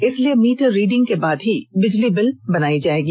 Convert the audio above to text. इसलिए meter reading के बाद ही बिजली बिल बनाया जायेगा